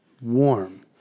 warm